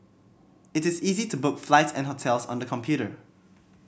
it is easy to book flights and hotels on the computer